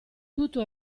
tutto